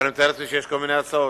אבל אני מתאר לעצמי שיש כל מיני הצעות.